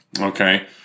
okay